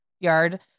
yard